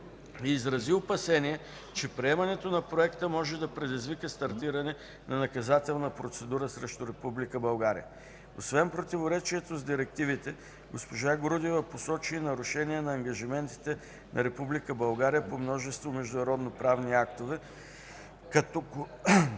и изрази опасения, че приемането на проекта може да предизвика стартиране на наказателна процедура срещу Република България. Освен противоречието с директивите, госпожа Грудева посочи и нарушение на ангажиментите на Република България по множество международноправни актове като